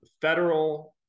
federal